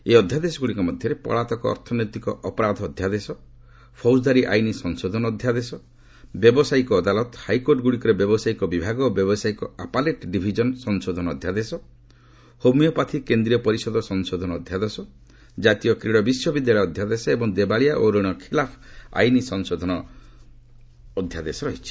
ଏହି ଅଧ୍ୟାଦେଶଗୁଡ଼ିକ ମଧ୍ୟରେ ପଳାତକ ଅର୍ଥନୈତିକ ଅପରାଧ ଅଧ୍ୟାଦେଶ ଫୌଜଦାରୀ ଆଇନ୍ ସଂଶୋଧନ ଅଧ୍ୟାଦେଶ ବ୍ୟବସାୟୀକ ଅଦାଲତ ହାଇକୋର୍ଟଗ୍ରଡ଼ିକରେ ବ୍ୟବସାୟୀକ ବିଭାଗ ଓ ବ୍ୟବସାୟୀକ ଆପାଲେଟ୍ ଡିଭିଜନ୍ ସଂଶୋଧନ ଅଧ୍ୟାଦେଶ ହୋମିଓପାଥି କେନ୍ଦ୍ରୀୟ ପରିଷଦ ସଂଶୋଧନ ଅଧ୍ୟାଦେଶ କ୍ରାତୀୟ କ୍ରୀଡ଼ା ବିଶ୍ୱବିଦ୍ୟାଳୟ ଅଧ୍ୟାଦେଶ ଏବଂ ଦେବାଳିଆ ଓ ରଣ ଖିଲାଫ ଆଇନ୍ ସଂଶୋଧନ ଅଧ୍ୟାଦେଶ ରହିଛି